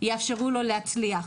יאפשרו לו להצליח.